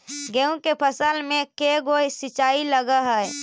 गेहूं के फसल मे के गो सिंचाई लग हय?